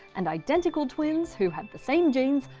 and identical twins, who have the same genes,